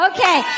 Okay